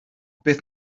beth